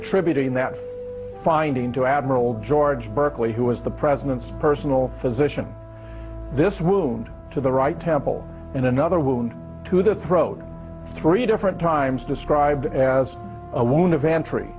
attributing that finding to admiral george burkley who was the president's personal physician this wound to the right temple and another wound to the throat three different times described as a wound of entry